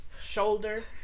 shoulder